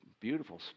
beautiful